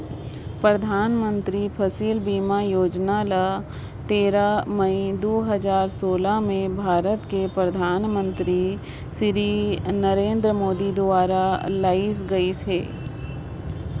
परधानमंतरी फसिल बीमा योजना ल तेरा मई दू हजार सोला में भारत कर परधानमंतरी सिरी नरेन्द मोदी दुवारा लानल गइस अहे